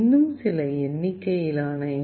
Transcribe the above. இன்னும் சில எண்ணிக்கையிலான எல்